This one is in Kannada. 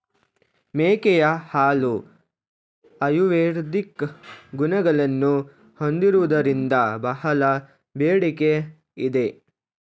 ಮೇಕೆಯ ಹಾಲು ಆಯುರ್ವೇದಿಕ್ ಗುಣಗಳನ್ನು ಹೊಂದಿರುವುದರಿಂದ ಬಹಳ ಬೇಡಿಕೆ ಇದೆ